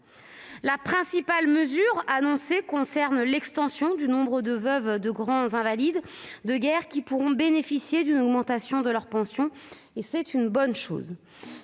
La principale mesure annoncée concerne l'extension du nombre de veuves de grands invalides de guerre qui pourront bénéficier d'une augmentation de leur pension. C'est une bonne chose.